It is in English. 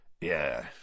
Yeah